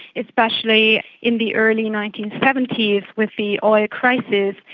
especially in the early nineteen seventy s with the oil crisis.